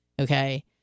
okay